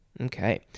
okay